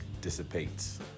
dissipates